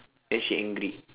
then she angry